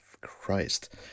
christ